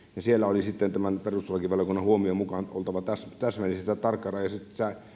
siellä oli sitten perustuslakivaliokunnan huomion mukaan oltava täsmälliset ja tarkkarajaiset